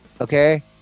Okay